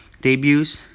debuts